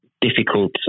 difficult